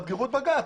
תאתגרו את בג"ץ,